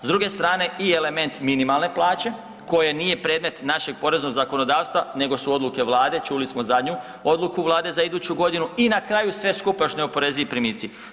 S druge strane i element minimalne plaće koje nije predmet našeg poreznog zakonodavstva nego su odluke vlade, čuli smo zadnju odluku vlade za iduću godinu i na kraju sve skupa još neoporezivi primici.